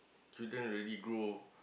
children already grow